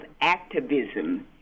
activism